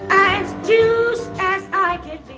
as jus as i could.